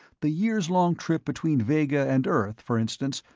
the years-long trip between vega and earth, for instance,